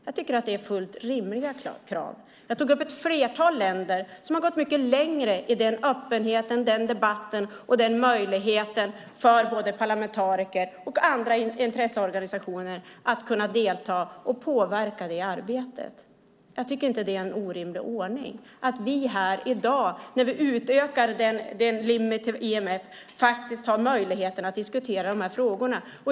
Jag tycker att det är fullt rimliga krav. Jag tog upp ett flertal länder som har gått mycket längre i öppenheten, debatten och möjligheten för både parlamentariker och intresseorganisationer att delta i och påverka det arbetet. Det är inte en orimlig ordning att vi här i dag, när vi utökar limiten till IMF, har möjligheten att diskutera de här frågorna.